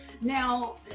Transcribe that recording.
now